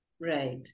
right